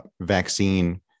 vaccine